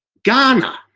ghana.